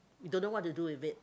you don't know what to do with it